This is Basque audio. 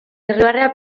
irribarrea